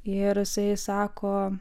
ir jisai sako